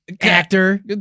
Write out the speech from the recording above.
actor